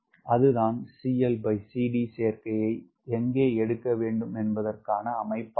அதுதான் சேர்க்கையை எங்கே எடுக்கவேண்டும் என்பதற்கான அமைப்பாகும்